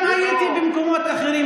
הייתי גם במקומות אחרים,